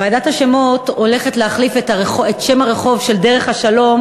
ועדת השמות הולכת להחליף את שם הרחוב דרך-השלום